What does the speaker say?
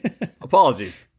Apologies